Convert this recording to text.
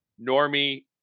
normie